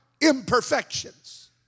imperfections